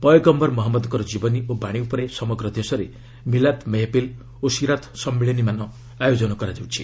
ପୟଗମ୍ଭର ମହମ୍ମଦଙ୍କ ଜୀବନୀ ଓ ବାଣୀ ଉପରେ ସମଗ୍ର ଦେଶରେ ମିଲାଦ୍ ମେହଫିଲ୍ ଓ ଶିରାତ୍ ସମ୍ମିଳନୀମାନ ଆୟୋଜନ କରାଯାଉଛି